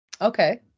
Okay